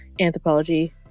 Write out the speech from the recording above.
Anthropology